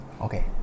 Okay